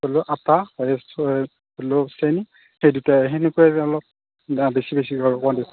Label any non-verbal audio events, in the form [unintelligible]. ধৰি লওক আটা [unintelligible] ধৰি লওক চেনি সেই দুটাই সেনেকুৱাই অলপ বেছি বেছি কৰোঁ [unintelligible]